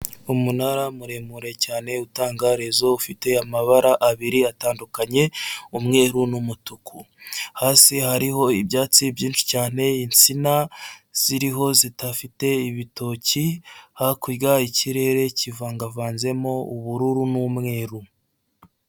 Umunara muremure cyane utanga rezo ufite amabara abiri atandukanye umweru n'umutuku, hasi hariho ibyatsi byinshi cyane, insina ziriho zidafite ibitoki, hakurya ikirere kivangavanzemo ubururu n'umweru.